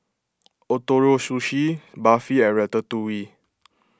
Ootoro Sushi Barfi and Ratatouille